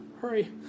Hurry